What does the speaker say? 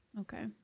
Okay